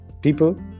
people